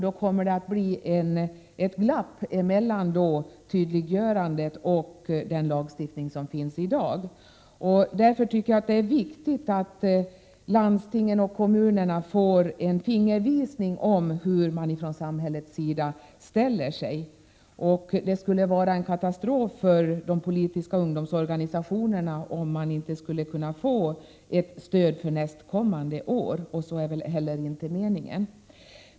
Det kommer därför att uppstå ett glapp mellan detta tydliggörande och den i dag gällande lagstiftningen. Därför är det viktigt att landstingen och kommunerna får en fingervisning om hur man från samhällets sida ställer sig. Det vore katastrof för de politiska ungdomsorgani sationerna om de inte skulle få stöd för nästa års verksamhet, men det är väl inte heller meningen.